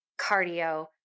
cardio